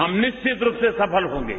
हम निश्चित रूप से सफल होंगे